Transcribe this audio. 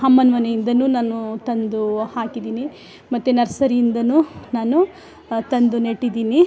ಅಮ್ಮನ ಮನೆ ಇಂದ ನಾನು ತಂದು ಹಾಕಿದ್ದೀನಿ ಮತ್ತು ನರ್ಸರಿ ಇಂದ ನಾನು ತಂದು ನೆಟ್ಟಿದ್ದೀನಿ